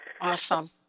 Awesome